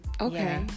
Okay